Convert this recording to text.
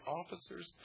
officers